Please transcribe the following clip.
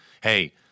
hey